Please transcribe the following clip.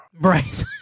Right